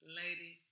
lady